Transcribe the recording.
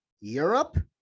Europe